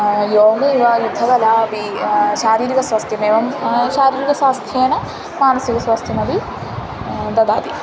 योग इव युद्धकला अपि शारीरिकस्वास्थ्यमेवं शारीरिकस्वास्थ्येन मानसिकस्वास्थ्यमपि ददाति